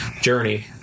Journey